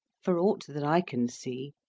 for aught that i can see,